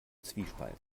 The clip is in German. zwiespalt